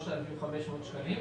3,500 שקלים.